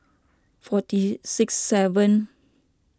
forty six seven